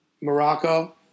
Morocco